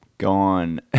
Gone